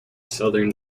southern